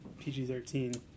pg-13